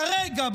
כרגע,